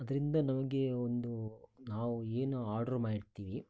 ಅದರಿಂದ ನಮಗೆ ಒಂದು ನಾವು ಏನು ಆರ್ಡ್ರ್ ಮಾಡಿರ್ತೀವಿ